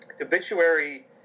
obituary –